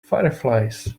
fireflies